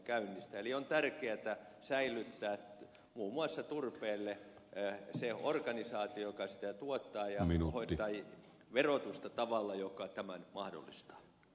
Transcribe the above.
eli on tärkeätä säilyttää muun muassa turpeelle se organisaatio joka sitä tuottaa ja hoitaa verotusta tavalla joka tämän mahdollistaa